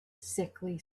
sickly